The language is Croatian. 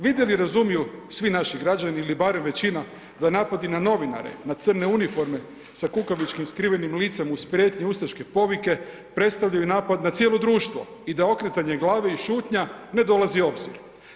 Vide li i razumiju svi naši građani ili barem većina da napadi na novinare, na crne uniforme sa kukavičkim skrivenim licem uz prijetnju ustaške povike predstavljaju napad na cijelo društvo i da okretanje glave i šutnja ne dolazi u obzir.